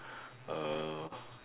uh